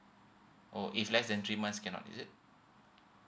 oh if less than three months cannot is it